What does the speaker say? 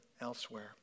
elsewhere